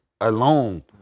alone